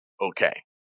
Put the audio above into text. Okay